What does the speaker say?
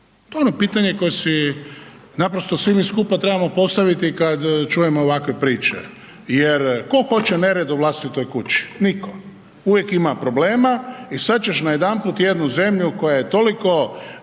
To je ono pitanje koje si naprosto svi mi skupa trebamo postaviti kad čujemo ovakve priče, jer tko hoće nered u vlastitoj kući, nitko. Uvijek ima problema i sad ćeš najedanput jednu zemlju koja je toliko